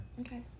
Okay